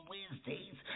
Wednesdays